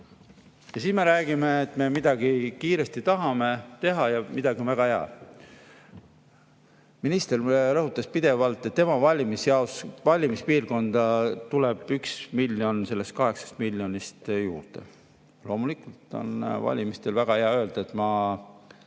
siis me räägime, et me tahame midagi kiiresti teha ja midagi on väga hea. Minister rõhutas pidevalt, et tema valimispiirkonda tuleb 1 miljon sellest 8 miljonist juurde. Loomulikult on valimistel väga hea öelda, et ma